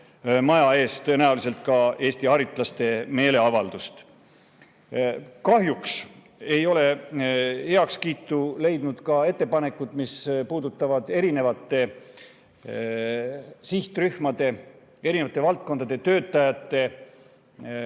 maja ees Eesti haritlaste meeleavaldust. Kahjuks ei ole heakskiitu leidnud ka ettepanekud, mis puudutavad erinevate sihtrühmade, erinevate valdkondade töötajate